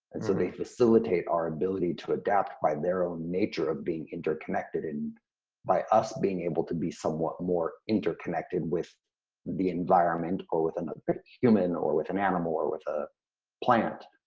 and so they facilitate our ability to adapt by their own nature of being interconnected. and by us being able to be somewhat more interconnected with the environment, or with another human, or with an animal, or with a plant,